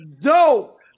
dope